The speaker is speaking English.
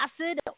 acid